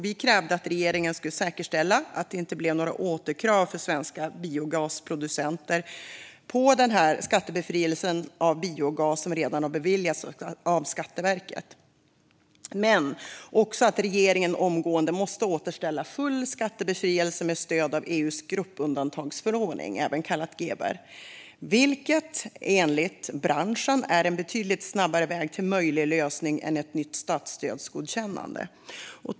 Vi krävde att regeringen skulle säkerställa att det inte blev några återkrav för svenska biogasproducenter gällande skattebefrielse för biogas som redan beviljats av Skatteverket och att regeringen omgående skulle återställa full skattebefrielse med stöd av EU:s gruppundantagsförordning, även kallad GBER, vilket enligt branschen är en betydligt snabbare väg till möjlig lösning än ett nytt statsstödsgodkännande.